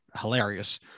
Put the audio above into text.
Hilarious